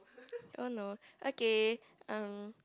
oh no okay um